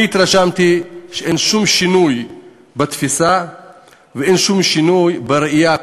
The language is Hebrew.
התרשמתי שאין שום שינוי בתפיסה ואין שום שינוי בראייה,